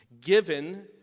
Given